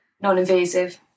non-invasive